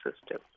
system